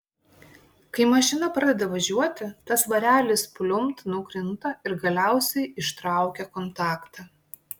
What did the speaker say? kai mašina pradeda važiuoti tas svarelis pliumpt nukrinta ir galiausiai ištraukia kontaktą